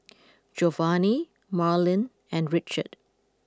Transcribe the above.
Geovanni Marlyn and Richard